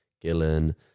Gillen